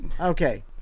Okay